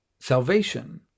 Salvation